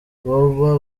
boba